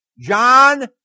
John